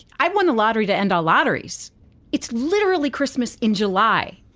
i won the lottery to end all lotteries it's literally christmas in july